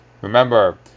Remember